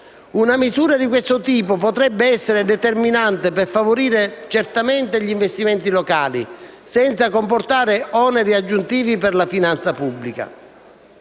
Una misura di questo tipo potrebbe essere determinante per favorire certamente gli investimenti locali, senza comportare oneri aggiuntivi per la finanza pubblica.